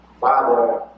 father